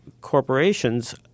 corporations